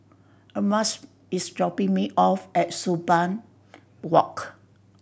Erasmus is dropping me off at Sumang Walk